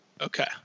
Okay